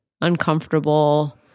uncomfortable